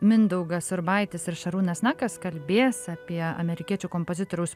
mindaugas urbaitis ir šarūnas nakas kalbės apie amerikiečių kompozitoriaus